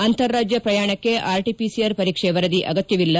ಅಂತಾರಾಜ್ಯ ಪ್ರಯಾಣಕ್ಕೆ ಆರ್ಟಿಪಿಸಿಆರ್ ಪರೀಕ್ಷೆ ವರದಿ ಅಗತ್ತವಿಲ್ಲ